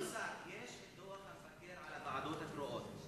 כבוד השר, יש דוח המבקר על הוועדות הקרואות.